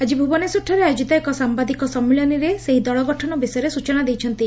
ଆଜି ଭୁବନେଶ୍ୱରଠାରେ ଆୟୋଜିତ ଏକ ସାମ୍ଘାଦିକ ସମ୍ମିଳନୀରେ ସେହି ଦଳ ଗଠନ ବିଷୟରେ ସୂଚନା ଦେଇଛନ୍ତି